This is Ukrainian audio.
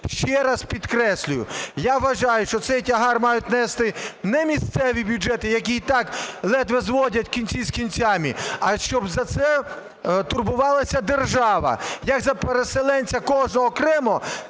Ще раз підкреслюю, я вважаю, що цей тягар мають нести не місцеві бюджети, які і так ледве зводять кінці з кінцями, а щоб за це турбувалася держава, як за переселенця кожного окремо,